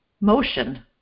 motion